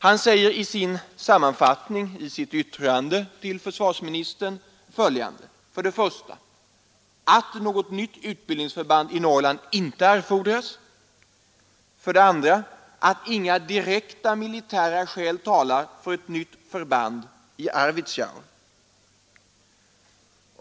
Han säger i sammanfattningen av sitt yttrande till försvarsministern för det första ”att något nytt utbildningsförband i Norrland inte erfordras” och för det andra ”att inga direkta militära skäl talar för ett nytt militärt förband i Arvidsjaur”.